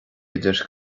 idir